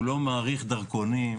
לא מאריך דרכונים.